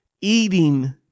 eating